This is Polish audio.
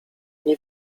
nie